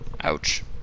ouch